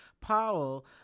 Powell